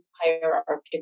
hierarchical